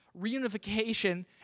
Reunification